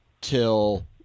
till